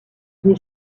des